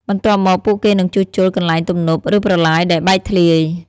បន្ទាប់មក ពួកគេនឹងជួសជុលកន្លែងទំនប់ ឬប្រឡាយដែលបែកធ្លាយ។